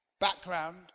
background